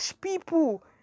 people